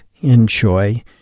enjoy